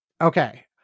okay